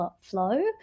flow